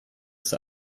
ist